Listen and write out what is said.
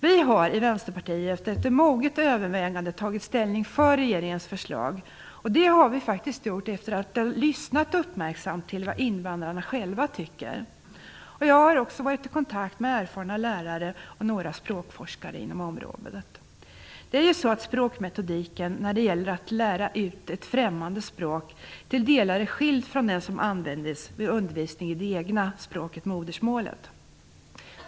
Vi har i Vänsterpartiet efter moget övervägande tagit ställning för regeringens förslag, och det har vi gjort efter att ha lyssnat uppmärksamt till vad invandrarna själva tycker. Jag har också varit i kontakt med erfarna lärare och några språkforskare inom området. Det är ju så att språkmetodiken när det gäller att lära ut ett främmande språk är till delar skild från den som används vid undervisning i det egna språket, dvs. modersmålet.